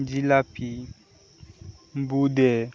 jalebi বোঁদে